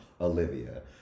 Olivia